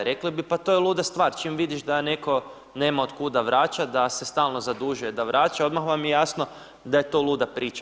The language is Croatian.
Rekli bi pa to je luda stvar, čim vidiš da netko nema otkuda vraćati, da se stalno zadužuje, da vraća, odmah vam je jasno da je to luda priča.